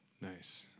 nice